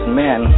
men